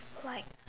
like